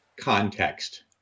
Context